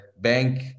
bank